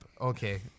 Okay